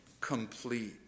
complete